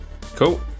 cool